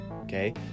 Okay